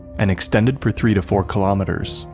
and extended for three to four kilometers,